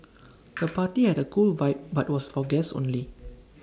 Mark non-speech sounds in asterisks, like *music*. *noise* the party had A cool vibe but was for guests only